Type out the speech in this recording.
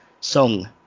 song